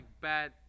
bad